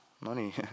Money